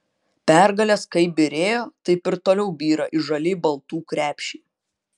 pergalės kaip byrėjo taip ir toliau byra į žaliai baltų krepšį